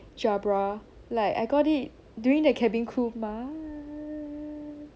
jabra like I got it during the cabin poof month